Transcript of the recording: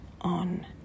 on